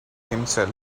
himself